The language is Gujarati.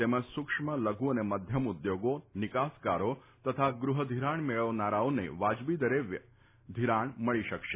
તેમજ સુક્ષ્મ લધુ તથા મધ્યમ ઉદ્યોગો નિકાસકારો તથા ગૃહ્ધિરાણ લેનારાઓને વાજબી વ્યાજદરે ધિરાણ મળી શકશે